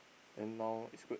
then now it's good